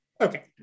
Okay